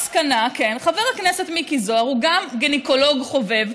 כן, חבר הכנסת מיקי זוהר הוא גם גינקולוג חובב.